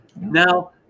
Now